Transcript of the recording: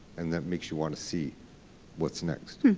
and that makes you want to see what's next.